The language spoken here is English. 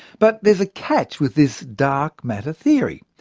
but there's a catch with this dark matter theory.